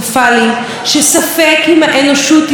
כדור הארץ ישרוד בצורה כזו או אחרת,